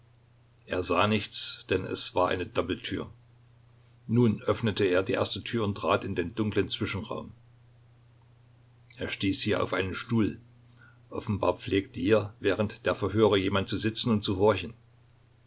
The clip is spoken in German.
er sah nichts denn es war eine doppeltür nun öffnete er die erste tür und trat in den dunklen zwischenraum er stieß hier auf einen stuhl offenbar pflegte hier während der verhöre jemand zu sitzen und zu horchen